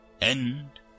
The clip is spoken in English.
End